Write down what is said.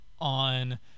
on